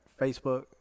Facebook